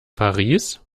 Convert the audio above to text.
paris